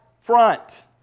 front